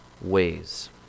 ways